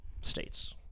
States